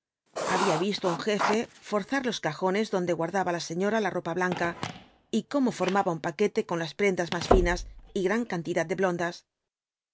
había visto á un jefe forzar los cajones donde guardaba la señora la ropa blanca y cómo formaba un paquete con las prendas más finas y gran cantidad de blondas